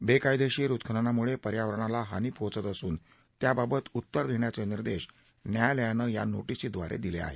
बेकायदेशीर उत्खननामुळे पर्यावरणाला हानी पोहोचत असून त्याबाबत उत्तर देण्याचे निर्देश न्यायालयानं नोटिसीद्वारे दिले आहेत